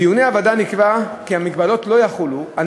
בדיוני הוועדה נקבע כי המגבלות לא יחולו על